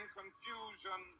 confusion